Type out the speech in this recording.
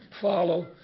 follow